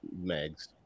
mags